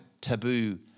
taboo